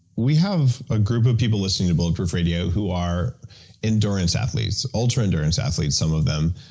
we have a group of people listening to bulletproof radio who are endurance athletes, ultra-endurance athletes some of them.